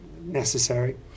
necessary